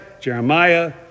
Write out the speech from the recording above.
Jeremiah